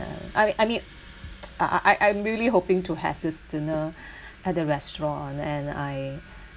I m~ I mean I I I'm really hoping to have this dinner at the restaurant and I